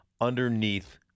underneath